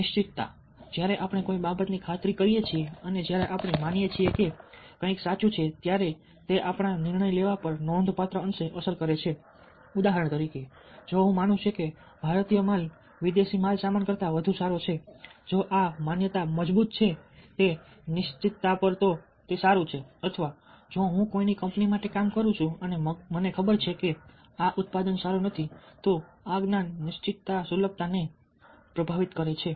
નિશ્ચિતતા જ્યારે આપણે કોઈ બાબતની ખાતરી કરીએ છીએ અને જ્યારે આપણે માનીએ છીએ કે કંઈક સાચું છે ત્યારે તે આપણા નિર્ણય લેવા પર નોંધપાત્ર અંશે અસર કરે છે ઉદાહરણ તરીકે જો હું માનું છું કે ભારતીય માલ વિદેશી માલસામાન કરતાં વધુ સારો છે જો આ માન્યતા મજબૂત છે તે નિશ્ચિતતા પર તો તે સારું છે અથવા જો હું કોઈ કંપની માટે કામ કરું છું અને મને ખબર છે કે આ ઉત્પાદન સારું નથી તો આ જ્ઞાન નિશ્ચિતતા સુલભતાને પ્રભાવિત કરે છે